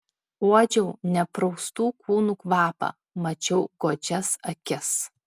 uodžiau nepraustų kūnų kvapą mačiau godžias akis